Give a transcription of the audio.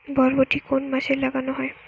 বরবটি কোন মাসে লাগানো হয়?